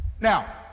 Now